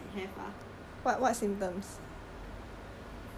but should be I don't have lah but my symptoms is like have ah